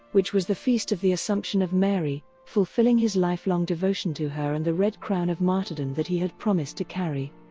which was the feast of the assumption of mary, fulfilling his lifelong devotion to her and the red crown of martyrdom that he had promised to carry.